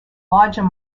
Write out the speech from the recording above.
larger